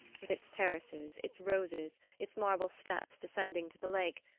with its terraces, its roses, its marble steps descending to the lake,